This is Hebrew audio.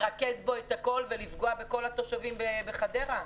לרכז בו את הכול ולפגוע בכל התושבים בחדרה?